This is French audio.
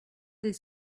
des